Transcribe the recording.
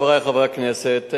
חברי חברי הכנסת,